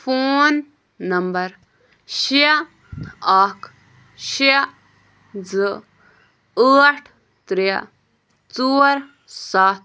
phone number شےٚ اَکھ شےٚ زٕ ٲٹھ ترٛےٚ ژور سَتھ